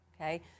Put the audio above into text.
okay